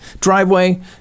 driveway